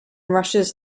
rushes